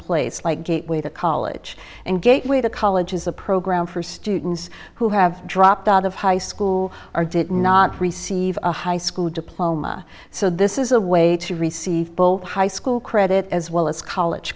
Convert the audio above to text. place like gateway the college and gateway to college is a program for students who have dropped out of high school or did not receive a high school diploma so this is a way to receive both high school credit as well as college